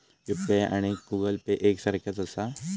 UPI आणि Google Pay एक सारख्याच आसा?